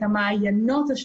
את המעיינות.